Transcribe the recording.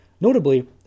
notably